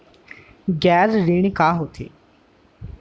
गैर ऋण का होथे?